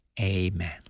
amen